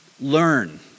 Learn